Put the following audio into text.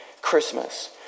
Christmas